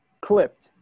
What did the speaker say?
Clipped